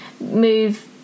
move